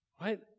right